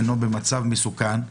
אינו במצב מסוכן.